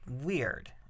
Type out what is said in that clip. weird